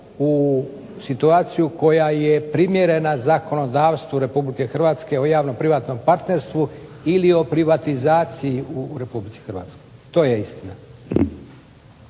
u situaciju koja je primjerena zakonodavstvu Republike Hrvatske o javno privatnom partnerstvu ili o privatizaciji u Republici Hrvatskoj. To je istina.